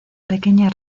pequeña